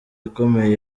ikomeye